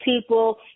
people